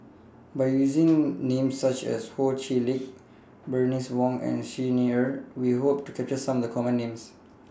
By using Names such as Ho Chee Lick Bernice Wong and Xi Ni Er We Hope to capture Some of The Common Names